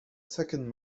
second